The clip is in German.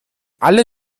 alle